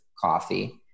coffee